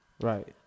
Right